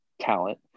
talent